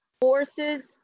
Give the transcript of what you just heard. forces